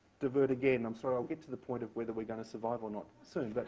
divert again. i'm sorry. i'll get to the point of whether we're going to survive or not soon. but